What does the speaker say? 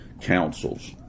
councils